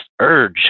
urge